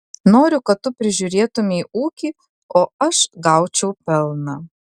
noriu kad tu prižiūrėtumei ūkį o aš gaučiau pelną